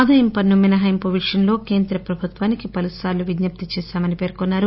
ఆదాయపు పన్ను మినహాయింపు విషయంలో కేంద్ర ప్రభుత్వానికి పలు సార్లు విజ్నప్తి చేశామని పేర్కొన్నారు